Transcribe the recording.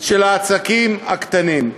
בעסקים הקטנים.